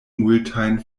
multajn